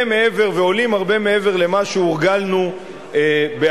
מעבר ועולים הרבה מעבר למה שהורגלנו בעבר.